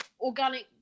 organic